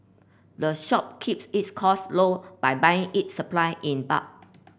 the shop keeps its costs low by buying its supply in bulk